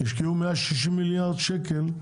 השקיעו 160 מיליארד שקל.